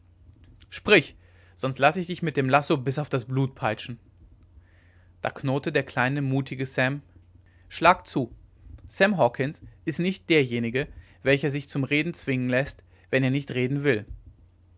sprich sonst laß ich dich mit dem lasso bis auf das blut peitschen da knurrte der kleine mutige sam schlagt zu sam hawkens ist nicht derjenige welcher sich zum reden zwingen läßt wenn er nicht reden will